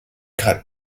hat